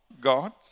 God